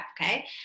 okay